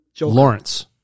Lawrence